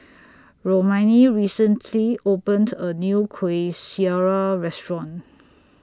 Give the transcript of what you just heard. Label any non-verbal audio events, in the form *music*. *noise* Romaine recently opened A New Kuih Syara Restaurant